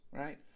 right